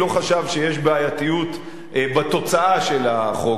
לא חשב שיש בעייתיות בתוצאה של החוק.